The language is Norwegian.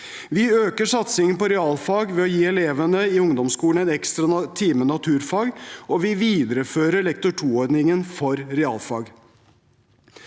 Vi øker satsingen på realfag ved å gi elevene i ungdomsskolen en ekstra time naturfag, og vi viderefører Lektor2-ordningen for realfag.